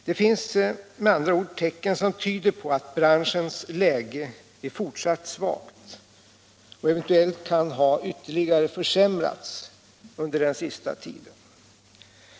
Det finns med andra ord tecken som tyder på att branschens läge är fortsatt svagt och eventuellt kan ha ytterligare försämrats under senaste tiden.